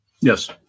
Yes